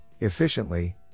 efficiently